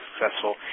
successful